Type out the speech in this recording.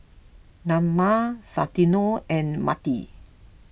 Naima Santino and Mintie